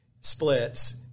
splits